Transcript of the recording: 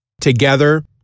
together